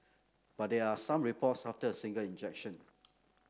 but there are some reports after a single injection